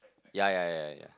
ya ya ya ya ya